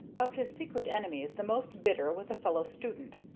of his secret enemies the most bitter was a fellow-student,